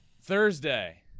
Thursday